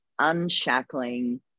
unshackling